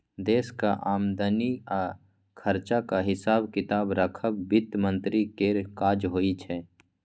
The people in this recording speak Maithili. देशक आमदनी आ खरचाक हिसाब किताब राखब बित्त मंत्री केर काज होइ छै